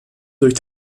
durch